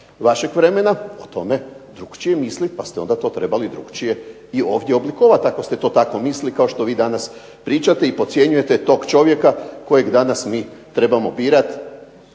vašeg vremena o tome drukčije mislit pa ste onda to trebali drukčije i ovdje oblikovati ako ste to tako mislili kao što vi danas pričate i podcjenjujete tog čovjeka kojeg danas mi trebamo birati